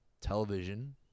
television